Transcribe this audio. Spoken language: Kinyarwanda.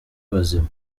bazima